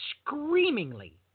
screamingly